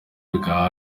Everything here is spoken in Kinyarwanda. bwa